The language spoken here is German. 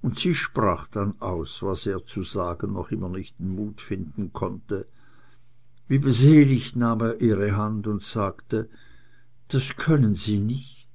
und sie sprach dann aus was er zu sagen noch immer nicht den mut finden konnte wie beseligt nahm er ihre hand und sagte das können sie nicht